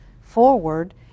forward